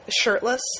shirtless